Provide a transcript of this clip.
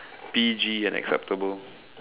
P_G and acceptable